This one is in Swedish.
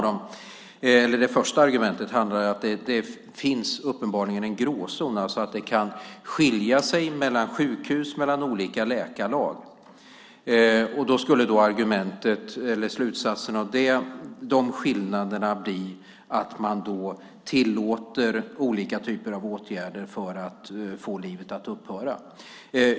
Det första argumentet handlar om att det uppenbarligen finns en gråzon, alltså att det kan skilja sig mellan sjukhus och mellan olika läkarlag. Slutsatsen av dessa skillnader skulle då bli att man tillåter olika typer av åtgärder för att få livet att upphöra.